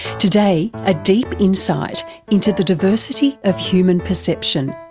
today, a deep insight into the diversity of human perception,